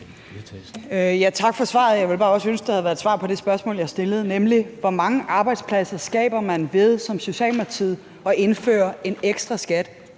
Tak for svaret. Jeg ville bare også ønske, at der havde været et svar på det spørgsmål, jeg stillede, nemlig: Hvor mange arbejdspladser skaber Socialdemokratiet ved at indføre en ekstra skat